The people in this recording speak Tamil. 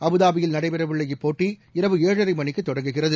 அபுதாபியில் நடைபெறஉள்ள இப்போட்டி இரவு ஏழரைமணிக்குத் தொடங்குகிறது